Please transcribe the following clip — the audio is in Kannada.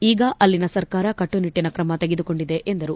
ಈಗ ಅಲ್ಲಿನ ಸರ್ಕಾರ ಕಟ್ಪುನಿಟ್ಟಿನ ಕ್ರಮ ತೆಗೆದುಕೊಂಡಿದೆ ಎಂದರು